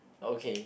okay